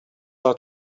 are